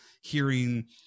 hearing